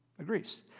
Agrees